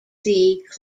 client